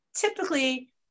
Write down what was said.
typically